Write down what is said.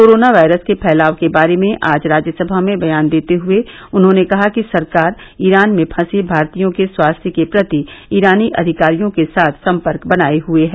corona virus के फैलाव के बारे में आज राज्यसभा में बयान देते हुए उन्होंने कहा कि सरकार ईरान में फंसे भारतीयों के स्वास्थ्य के प्रति ईरानी अधिकारियों के साथ सम्पर्क बनाये हुए है